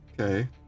Okay